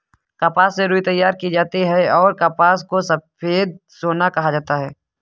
कपास से रुई तैयार की जाती हैंऔर कपास को सफेद सोना कहा जाता हैं